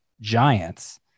Giants